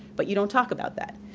but you don't talk about that.